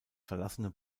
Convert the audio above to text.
verlassene